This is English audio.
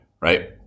right